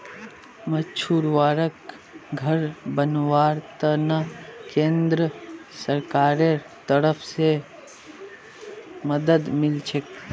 मछुवाराक घर बनव्वार त न केंद्र सरकारेर तरफ स मदद मिल छेक